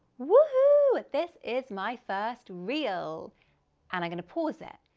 woo-hoo, this is my first reel and i'm gonna pause it.